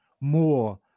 more